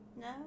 No